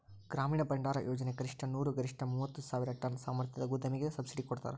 ಗ್ರಾಮೀಣ ಭಂಡಾರಯೋಜನೆ ಕನಿಷ್ಠ ನೂರು ಗರಿಷ್ಠ ಮೂವತ್ತು ಸಾವಿರ ಟನ್ ಸಾಮರ್ಥ್ಯದ ಗೋದಾಮಿಗೆ ಸಬ್ಸಿಡಿ ಕೊಡ್ತಾರ